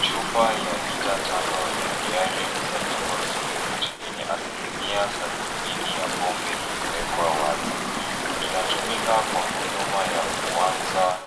Chupa ya lita tano ya Diarim Surgical Spirit yenye asilimia sabini ya pombe imewekwa wazi. Inatumika kwa huduma ya kuanza